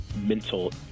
mental